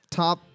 top